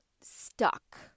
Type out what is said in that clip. stuck